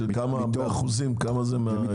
שכמה זה באחוזים?